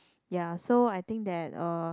ya so I think that uh